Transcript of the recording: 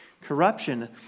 corruption